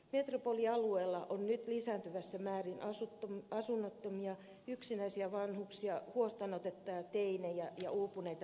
metropolialueella on nyt lisääntyvässä määrin asunnottomia yksinäisiä vanhuksia huostaanotettuja teinejä ja uupuneita perheitä